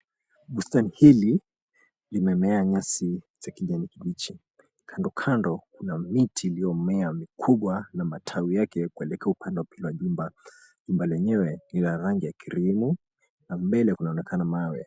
Bustani hili limemea nyasi za kijani kibichi. Kando kando kuna miti iliyomea mikubwa na matawi yake kuelekea upande wa pili wa jumba. Jumba lenyewe lina rangi ya krimu na mbele kunaonekana mawe.